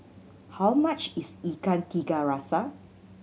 how much is Ikan Tiga Rasa